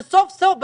שסוף סוף,